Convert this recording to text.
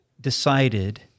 decided